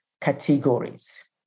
categories